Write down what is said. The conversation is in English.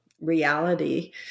reality